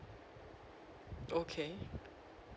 okay